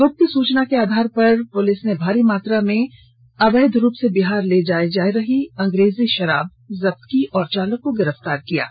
गुप्त सूचना के आधार पर पुलिस टीम ने भारी मात्रा में अवैध रूप से बिहार ले जाये जा रही अंग्रेजी शराब जब्त की है और वाहन चालक को गिरफ्तार कर लिया है